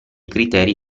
criteri